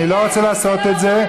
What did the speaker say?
אני לא רוצה לעשות את זה.